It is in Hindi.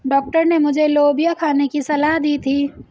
डॉक्टर ने मुझे लोबिया खाने की सलाह दी थी